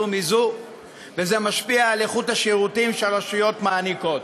וזה משפיע על איכות השירותים שהרשויות נותנות.